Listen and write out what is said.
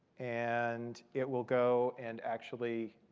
and it will go. and actually,